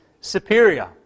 superior